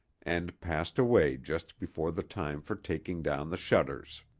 and passed away just before the time for taking down the shutters.